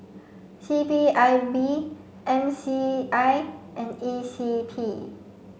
C P I B N C I and E C P